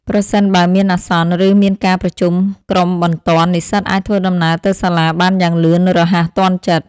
ប្រសិនបើមានអាសន្ន ឬមានការប្រជុំក្រុមបន្ទាន់ និស្សិតអាចធ្វើដំណើរទៅសាលាបានយ៉ាងលឿនរហ័សទាន់ចិត្ត។